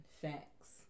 facts